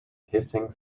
hissing